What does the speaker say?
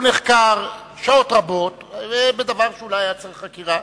הוא נחקר שעות רבות בדבר שאולי היה צריך חקירה.